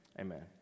amen